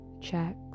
checks